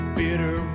bitter